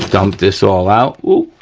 dump this all out, oh!